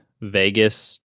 Vegas